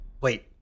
Wait